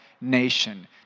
nation